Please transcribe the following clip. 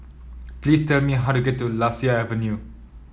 please tell me how to get to Lasia Avenue